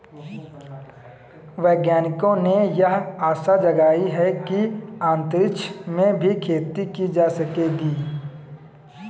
वैज्ञानिकों ने यह आशा जगाई है कि अंतरिक्ष में भी खेती की जा सकेगी